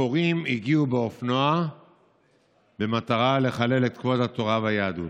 הפורעים הגיעו באופנוע במטרה לחלל את כבוד התורה והיהדות.